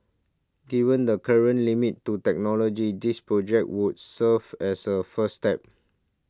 given the current limits to technology this project would serve as a first step